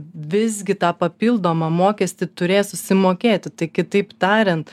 visgi tą papildomą mokestį turės susimokėti tai kitaip tariant